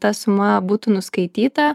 ta suma būtų nuskaityta